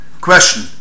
question